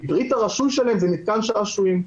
כי פריט הרישוי שלהן זה מתקן שעשועים.